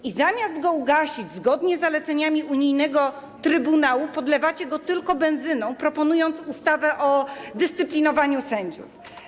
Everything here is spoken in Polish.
I zamiast go ugasić zgodnie z zaleceniami unijnego Trybunału, podlewacie go tylko benzyną, proponując ustawę o dyscyplinowaniu sędziów.